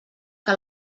que